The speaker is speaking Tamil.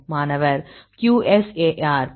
மாணவர் QSAR